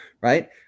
right